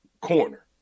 corner